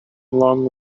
long